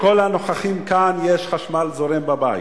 לכל הנוכחים כאן יש חשמל זורם בבית,